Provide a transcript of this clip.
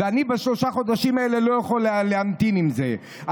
ואני לא יכול להמתין עם זה שלושה חודשים.